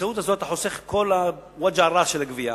בדרך הזאת אתה חוסך את כל ה"וג'ע-ראס" של הגבייה,